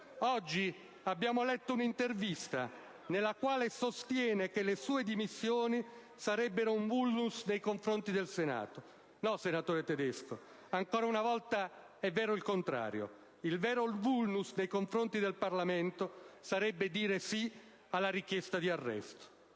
Oggi abbiamo letto un'intervista nella quale lei sostiene che le sue dimissioni sarebbero un *vulnus* nei confronti del Senato. No, senatore Tedesco, ancora una volta è vero il contrario: il vero *vulnus* nei confronti del Parlamento sarebbe dire sì alla richiesta di arresto.